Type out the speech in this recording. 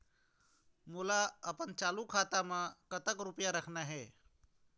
मोला अपन चालू खाता म कतक रूपया रखना हे?